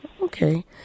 Okay